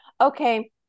okay